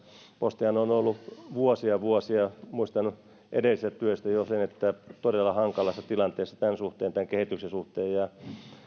postihan on ollut vuosia ja vuosia muistan sen jo edellisestä työstä todella hankalassa tilanteessa tämän kehityksen suhteen